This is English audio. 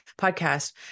Podcast